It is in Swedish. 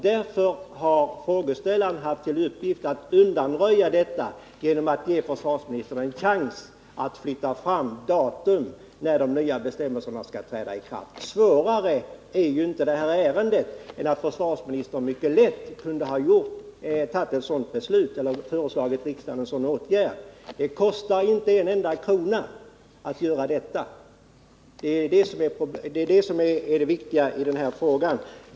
Därför har frågeställaren haft till syfte att undanröja detta genom att ge försvarsministern en chans att flytta fram datum för ikraftträdandet av de nya bestämmelserna. Svårare är ju inte det här ärendet än att försvarsministern mycket lätt kunde ha föreslagit en sådan åtgärd. Det kostar inte en enda krona att göra detta. Det är det som är det viktiga i den här frågan.